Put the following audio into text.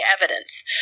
evidence